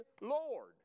Lord